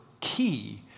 key